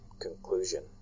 Conclusion